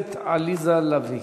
הכנסת עליזה לביא.